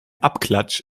abklatsch